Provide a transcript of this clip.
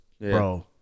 Bro